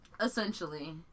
essentially